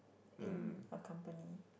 in a company